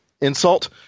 insult